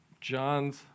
John's